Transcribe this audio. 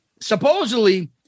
supposedly